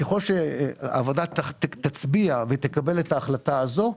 ככל שהוועדה תצביע ותקבל את ההחלטה הזאת,